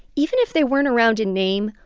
even if they weren't around in name,